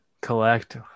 collect